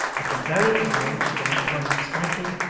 at the very hour which was on the point of striking,